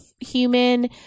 human